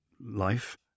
life